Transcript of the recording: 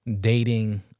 dating